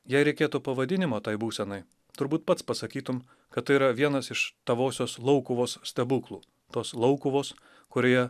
jei reikėtų pavadinimo tai būsenai turbūt pats pasakytum kad tai yra vienas iš tavosios laukuvos stebuklų tos laukuvos kurioje